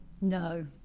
No